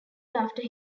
after